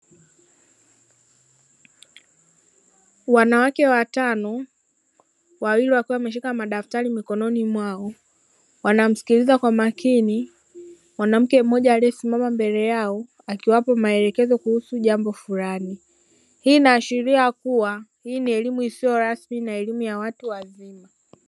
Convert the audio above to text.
Wanawake watano, wawili wakiwa wameshika madaftari mikononi mwao, wanamsikiliza kwa makini mwanamke mmoja aliyesimama mbele yao, akiwapa maelekezo kuhusu jambo fulani, hii inaashiria kuwa hii ni elimu isiyo rasmi na elimu ya watu wazima.